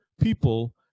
people